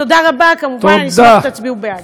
תודה רבה, מובן שאני אשמח אם תצביעו בעד.